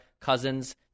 Cousins